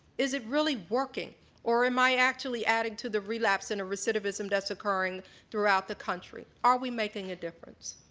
is it really working or am i actually adding to the relapse and recidivism deaths occurring throughout the country? are we making a difference?